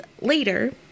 later